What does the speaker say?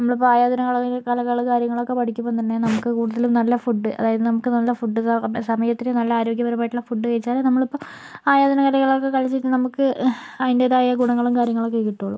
നമ്മളിപ്പോൾ ആയോധന കളരി കലകള് കാര്യങ്ങളൊക്കെ പഠിക്കുമ്പോൾ തന്നെ നമുക്ക് കൂടുതലും നല്ല ഫുഡ് അതായത് നമുക്ക് നല്ല ഫുഡ് സമയത്തിന് നല്ല ആരോഗ്യപരമായിട്ടുള്ള ഫുഡ് കഴിച്ചാലേ നമ്മളിപ്പോൾ ആയോധനകലകളൊക്കെ കളിച്ചിട്ടുണ്ടെങ്കിൽ നമുക്ക് അതിൻ്റെതായ ഗുണങ്ങളും കാര്യങ്ങളൊക്കെ കിട്ടുള്ളൂ